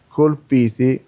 colpiti